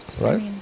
right